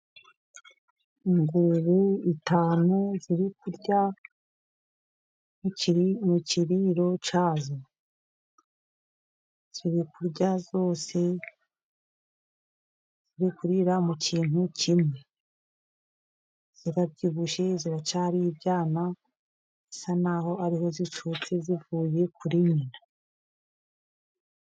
Ingurube eshanu ziri kurya mu kiriro cyazo. Ziri kurya zose ziri kurira mu kintu kimwe. zirabyibushye ziracyari ibyana, bisa naho ariho zicutse zivuye kuri nyina.